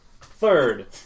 Third